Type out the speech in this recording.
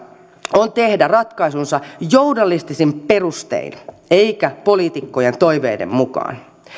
on tehdä ratkaisunsa journalistisin perustein eikä poliitikkojen toiveiden mukaan